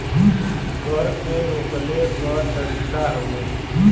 कर के रोकले क तरीका हउवे